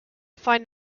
find